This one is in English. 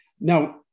Now